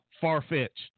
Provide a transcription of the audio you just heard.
far-fetched